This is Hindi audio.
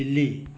बिल्ली